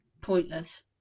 pointless